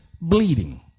bleeding